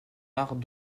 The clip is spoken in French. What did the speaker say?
arts